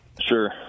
Sure